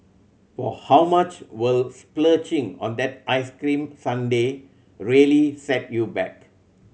for how much will splurging on that ice cream sundae really set you back